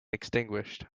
extinguished